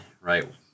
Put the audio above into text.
right